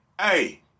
Hey